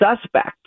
suspect